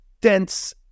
dense